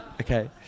Okay